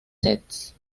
sets